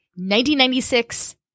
1996